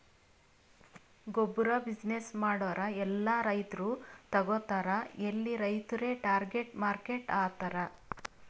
ಗೊಬ್ಬುರ್ ಬಿಸಿನ್ನೆಸ್ ಮಾಡೂರ್ ಎಲ್ಲಾ ರೈತರು ತಗೋತಾರ್ ಎಲ್ಲಿ ರೈತುರೇ ಟಾರ್ಗೆಟ್ ಮಾರ್ಕೆಟ್ ಆತರ್